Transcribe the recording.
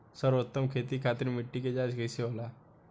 सर्वोत्तम खेती खातिर मिट्टी के जाँच कईसे होला?